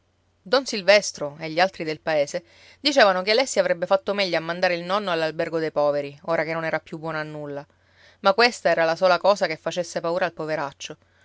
don silvestro e gli altri del paese dicevano che alessi avrebbe fatto meglio a mandare il nonno all'albergo dei poveri ora che non era più buono a nulla ma questa era la sola cosa che facesse paura al poveraccio